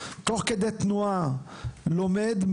תוך כדי תנועה לומד,